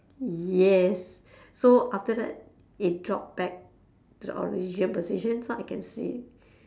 yes so after that it dropped back to the original position so I can see